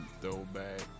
Throwback